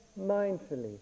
mindfully